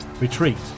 retreat